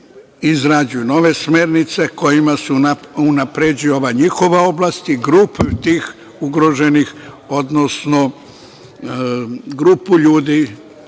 izrađuju nove smernice kojima se unapređuje ova njihova oblast i grupa tih ugroženih, odnosno grupu ljudi,